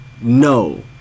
no